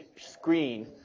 screen